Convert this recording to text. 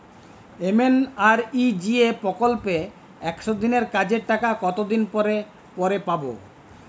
MNREGA প্রকল্পে একশ দিনের কাজের টাকা কতদিন পরে পরে পাব?